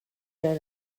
known